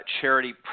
Charity